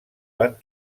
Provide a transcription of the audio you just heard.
van